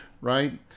right